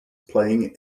playing